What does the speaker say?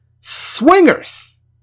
Swingers